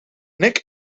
nick